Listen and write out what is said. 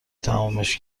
تمومش